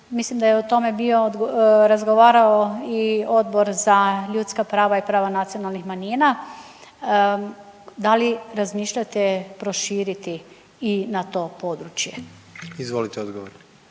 Mislim da je o tome bio razgovarao i Odbor za ljudska prava i prava nacionalnih manjina, da li razmišljate proširiti i na to područje? **Jandroković,